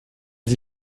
sie